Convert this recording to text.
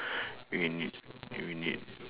we need we need